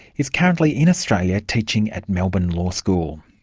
is currently in australia teaching at melbourne law school.